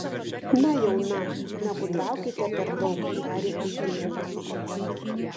na jau na negudraukite per daug tarė iždininkas